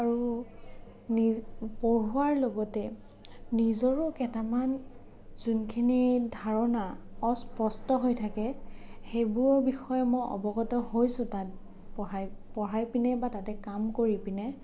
আৰু নি পঢ়ুৱাৰ লগতে নিজৰো কেইটামান যোনখিনি ধাৰণা অস্পষ্ট হৈ থাকে সেইবোৰৰ বিষয়ে মই অৱগত হৈছোঁ তাত পঢ়াই পঢ়াই পিনে বা তাতে কাম কৰি পিনে